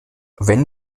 wenn